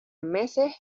meses